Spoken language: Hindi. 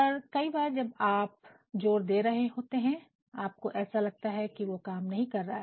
पर कई बार जब आप आप ज़ोर दे रहे होते है आपको ऐसा लगता है कि वह काम नहीं कर रहा है